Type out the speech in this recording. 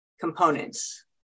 components